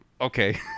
okay